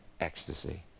ecstasy